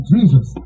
Jesus